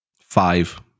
Five